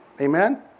Amen